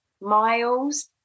Miles